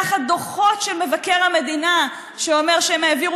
או תחת דוחות של מבקר המדינה שאומר שהם העבירו